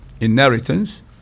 inheritance